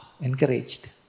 encouraged